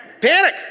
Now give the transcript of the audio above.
Panic